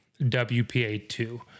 WPA2